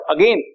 Again